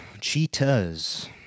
cheetahs